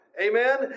Amen